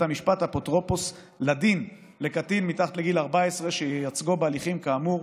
המשפט אפוטרופוס לדין לקטין מתחת לגיל 14 שייצגו בהליכים כאמור.